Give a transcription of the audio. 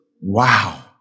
Wow